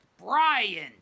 brian